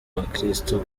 abakristu